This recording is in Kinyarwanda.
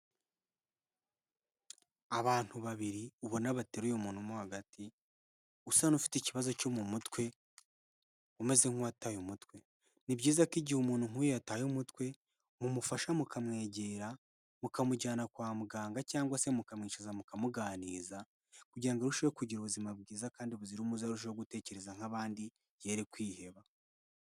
Abantu babiri ubona bateruye umuntu mo hagati usa n'ufite ikibazo cyo mu mutwe, umeze nk'uwataye umutwe, ni byiza ko igihe umuntu nk'uyu yataye umutwe mumufasha mukamwegera, mukamujyana kwa muganga cyangwa se mukamwicaza mukamuganiriza, kugira ngo arusheho kugira ubuzima bwiza kandi buzira umuze, arushaho gutekereza nk'abandi yere kwiheba.